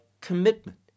commitment